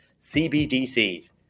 CBDCs